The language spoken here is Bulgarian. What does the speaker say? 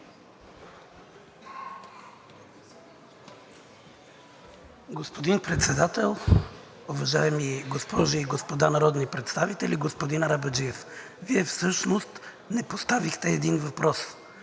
Господин Председател, уважаеми госпожи и господа народни представители! Господин Арабаджиев, Вие всъщност не поставихте един въпрос.